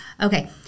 Okay